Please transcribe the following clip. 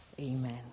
Amen